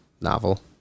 novel